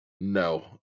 no